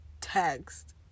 text